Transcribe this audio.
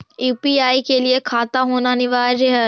UPI के लिए खाता होना अनिवार्य है?